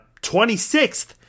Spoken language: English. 26th